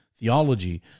Theology